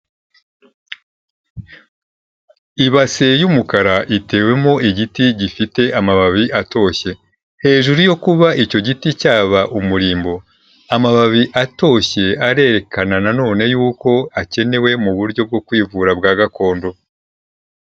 Ibase y'umukara itewemo igiti gifite amababi atoshye, hejuru yo kuba icyo giti cyaba umurimbo, amababi atoshye arerekana nanone yuko akenewe mu buryo bwo kwivura bwa gakondo.